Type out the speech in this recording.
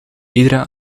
iedere